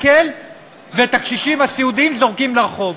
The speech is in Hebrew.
ואת הקשישים הסיעודיים זורקים לרחוב,